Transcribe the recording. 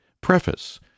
Preface